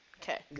Okay